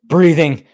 Breathing